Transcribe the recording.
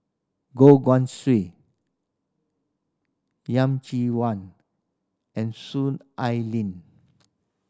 Goh Guan Siew Yeh Chi Wan and Soon Ai Ling